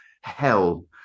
hell